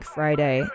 Friday*